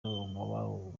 umuba